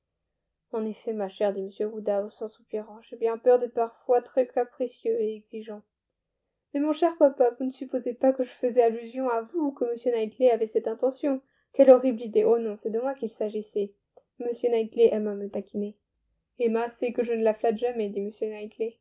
en effet ma chère dit m woodhouse en soupirant j'ai bien peur d'être parfois très capricieux et exigeant mais mon cher papa vous ne supposez pas que je faisais allusion à vous ou que m knightley avait cette intention qu'elle horrible idée on non c'est de moi qu'il s'agissait m knightley aime à me taquiner emma sait que je ne la flatte jamais dit